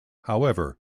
however